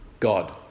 God